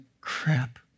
crap